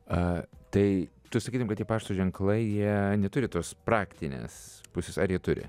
a tai tu sakytum kad tie pašto ženklai jie neturi tos praktinės pusės ar jie turi